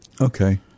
Okay